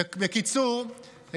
בקיצור,